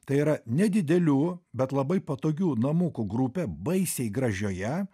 tai yra nedidelių bet labai patogių namukų grupė baisiai gražioje